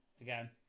again